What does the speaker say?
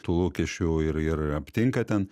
tų lūkesčių ir ir aptinka ten